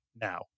now